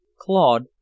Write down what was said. claude